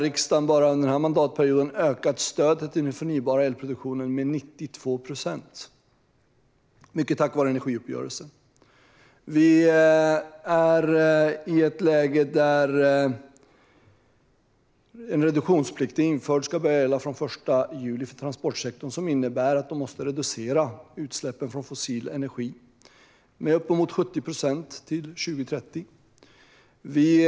Riksdagen har under denna mandatperiod ökat stödet till den förnybara elproduktionen med 92 procent, mycket tack vare energiuppgörelsen. Vi är i ett läge där en reduktionsplikt för transportsektorn är införd och ska börja gälla från den 1 juli, vilket innebär att man måste reducera utsläppen från fossil energi med uppemot 70 procent till 2030. Fru talman!